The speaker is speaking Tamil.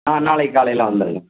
ஆ நாளைக்கு காலையில் வந்துடுங்க